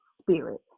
spirit